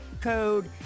code